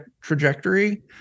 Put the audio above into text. trajectory